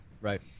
Right